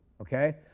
okay